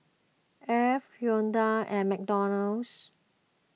Alf Hyundai and McDonald's